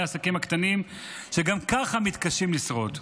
העסקים הקטנים שגם ככה מתקשים לשרוד.